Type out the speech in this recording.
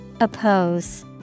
Oppose